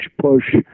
push